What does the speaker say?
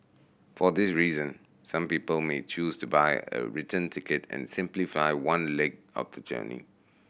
for this reason some people may choose to buy a return ticket and simply fly one leg of the journey